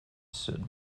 sud